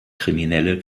kriminelle